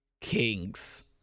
Kings